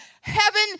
Heaven